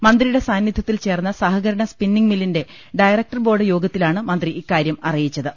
മന്ത്രി യുടെ സാന്നിധ്യത്തിൽ ചേർന്ന സഹകരണ സ്പിന്നിങ് മില്ലിന്റെ ഡയരക്ടർബോർഡ് യോഗത്തിലാണ് മന്ത്രി ഇക്കാര്യം അറിയി ച്ചത്